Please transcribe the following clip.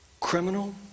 criminal